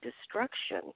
destruction